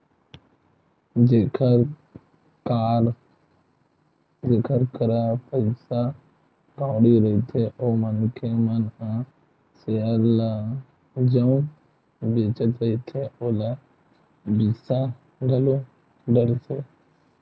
जेखर करा पइसा कउड़ी रहिथे ओ मनखे मन ह सेयर ल जउन बेंचत रहिथे ओला बिसा घलो डरथे